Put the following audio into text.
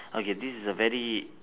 okay this is a very